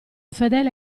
fedele